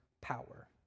power